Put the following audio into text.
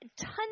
tons